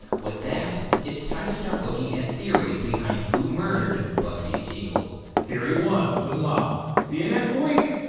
with that, it's time to start looking at theories behind who murdered bugsy siegel. theory one, the mob. see you next week.